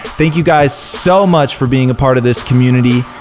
thank you, guys, so much for being a part of this community,